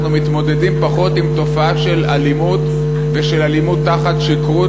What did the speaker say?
אנחנו מתמודדים פחות עם תופעה של אלימות ושל אלימות תחת שכרות,